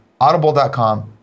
Audible.com